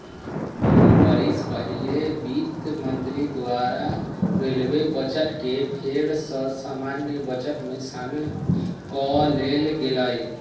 दू बरिस पहिले वित्त मंत्री द्वारा रेलवे बजट के फेर सँ सामान्य बजट में सामिल क लेल गेलइ